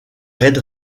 red